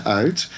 uit